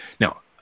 Now